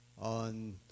on